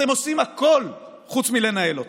אתם עושים הכול חוץ מלנהל אותו.